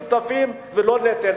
ולא נטל.